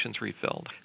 refilled